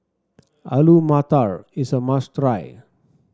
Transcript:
Alu Matar is a must try